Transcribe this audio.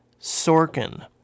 Sorkin